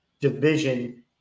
division